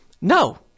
No